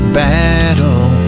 battle